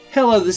Hello